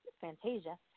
Fantasia